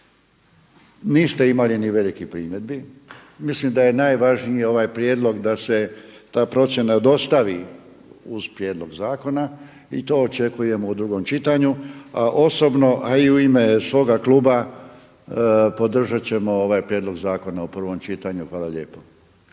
Niste imali ni velikih primjedbi. Mislim da je najvažniji ovaj prijedlog da se ta procjena dostavi uz prijedlog zakona i to očekujemo u drugom čitanju, a osobno a i u ime svoga kluba podržat ćemo ovaj prijedlog zakona u prvom čitanju. Hvala lijepo.